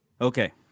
Okay